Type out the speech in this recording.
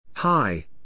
Hi